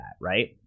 right